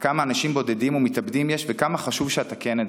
כמה אנשים בודדים ומתאבדים יש וכמה חשוב שאתקן את זה.